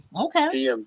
Okay